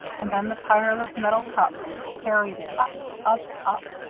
and then the tireless metal cups carried it up, up, up,